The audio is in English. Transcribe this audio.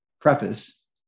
preface